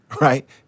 right